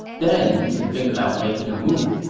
then we can think about making a move.